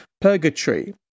purgatory